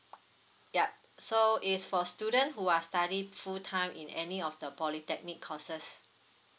yup so it's for student who are study full time in any of the polytechnic courses